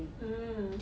mm